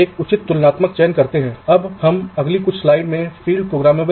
तो यहाँ भी आप कुछ सेल रखते हैं यहाँ भी आप कुछ सेल रखते हैं